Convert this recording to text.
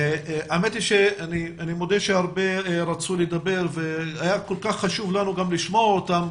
אני מודה שהרבה רצו לדבר והיה לנו כל כך חשוב לשמוע אותם,